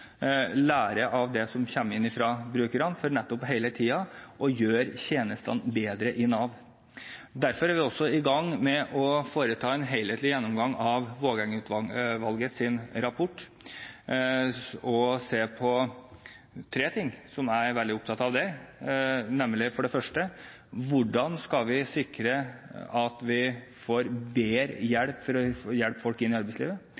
lære av det som kommer inn fra brukerne, for nettopp hele tiden å gjøre tjenestene bedre i Nav. Derfor er vi også i gang med å foreta en helhetlig gjennomgang av Vågeng-utvalgets rapport. Det er tre ting som jeg er veldig opptatt av der, for det første: Hvordan skal vi sikre at vi bedre kan hjelpe folk inn i arbeidslivet?